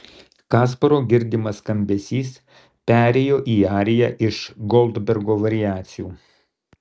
kasparo girdimas skambesys perėjo į ariją iš goldbergo variacijų